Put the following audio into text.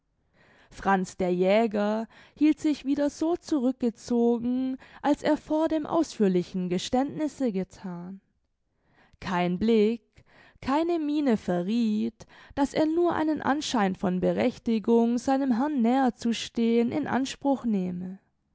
franz der jäger hielt sich wieder so zurückgezogen als er vor dem ausführlichen geständnisse gethan kein blick keine miene verrieth daß er nur einen anschein von berechtigung seinem herrn näher zu stehen in anspruch nehme